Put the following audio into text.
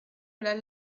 saint